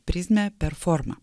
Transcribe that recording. prizmę per formą